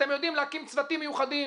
אתם יודעים להקים צוותים מיוחדים